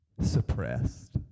suppressed